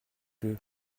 peu